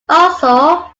also